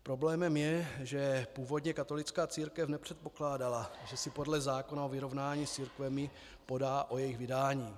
Problémem je, že původně katolická církev nepředpokládala, že si podle zákona o vyrovnání s církvemi podá o jejich vydání.